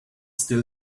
still